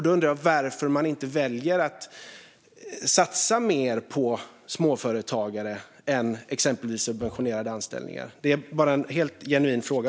Därför undrar jag varför man inte väljer att satsa mer på småföretagare än exempelvis på subventionerade anställningar. Det är en genuin fråga.